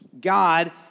God